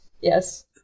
yes